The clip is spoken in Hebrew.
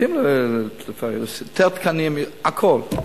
רוצים יותר תקנים, הכול.